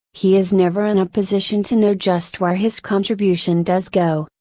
he is never in a position to know just where his contribution does go,